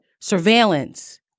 surveillance